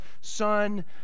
Son